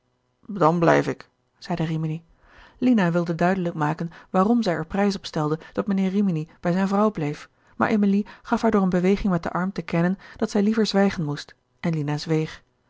dan blijf ik zeide rimini lina wilde duidelijk maken waarom zij er prijs op stelde dat mijnheer rimini bij zijne vrouw bleef maar emilie gaf haar door eene beweging met den arm te kennen dat zij liever zwijgen moest en lina